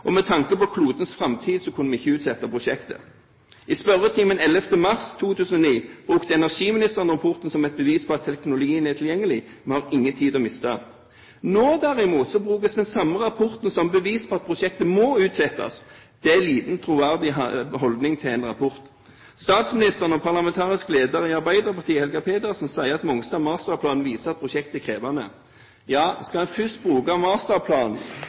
og med tanke på klodens framtid kunne vi ikke utsette prosjektet. I spørretimen 11. mars 2009 brukte energiministeren rapporten som bevis på at teknologien er tilgjenglig, vi har ingen tid å miste. Nå derimot brukes den samme rapporten som bevis på at prosjektet må utsettes. Det er lite troverdig holdning til en rapport. Statsministeren og parlamentarisk leder i Arbeiderpartiet, Helga Pedersen, sier at Masterplan Mongstad viser at prosjektet er krevende. Ja, skal en først bruke masterplanen